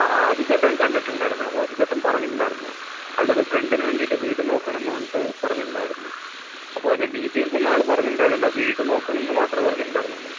അ ആ അജിത്തേട്ടൻ കണ്ടിട്ടുണ്ടായിരുന്നു അപ്പോൾ അജിത്തേട്ടൻ പറഞ്ഞിട്ടുണ്ടായിരുന്നു അവരുടെ ഒരു ഫ്രണ്ടിനു വേണ്ടിയിട്ട് വീട് നോക്കണമെന്നു പറഞ്ഞിട്ട് പറഞ്ഞിട്ടുണ്ടായിരുന്നു അപ്പോൾ അതിൻ്റെ ഡീറ്റേയ്ൽസൊന്നും ആള് പറഞ്ഞിട്ടുണ്ടായിരുന്നില്ല വീട് നോക്കണമെന്ന് മാത്രമേ പറഞ്ഞിട്ടുണ്ടായിരുന്നുള്ളേ